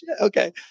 okay